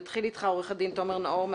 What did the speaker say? עו"ד תומר נאור,